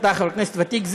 ואתה חבר כנסת ותיק,